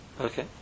okay